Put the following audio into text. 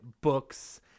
books